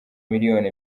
miliyoni